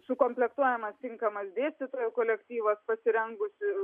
sukomplektuojamas tinkamas dėstytojų kolektyvas pasirengusi